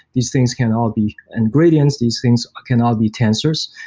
these things can all be ingredients. these things can all be tensors,